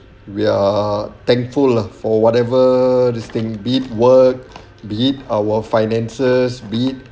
we are thankful lah for whatever this thing be it work be it our finances be it